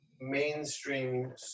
mainstream